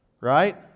Right